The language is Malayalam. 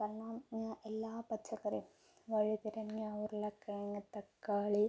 കാരണം എല്ലാ പച്ചക്കറിയും വഴുതനങ്ങ ഉരുളക്കിഴങ്ങ് തക്കാളി